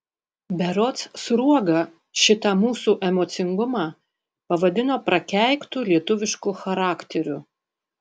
berods sruoga šitą mūsų emocingumą pavadino prakeiktu lietuvišku charakteriu